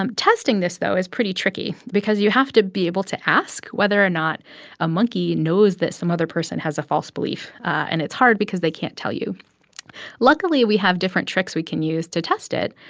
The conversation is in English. um testing this, though, is pretty tricky because you have to be able to ask whether or not a monkey knows that some other person has a false belief. and it's hard because they can't tell you luckily, we have different tricks we can use to test it.